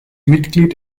mitglied